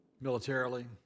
Militarily